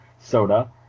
soda